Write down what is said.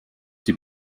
die